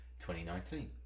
2019